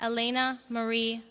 elena marie